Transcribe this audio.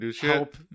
help